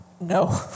No